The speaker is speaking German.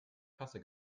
kasse